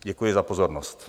Děkuji za pozornost.